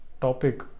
topic